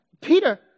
Peter